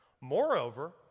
Moreover